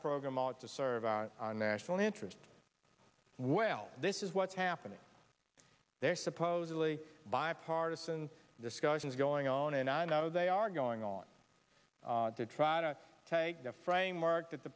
programme ought to serve on national interest well this is what's happening there supposedly bipartisan discussions going on and i know they are going on to try to take the framework that the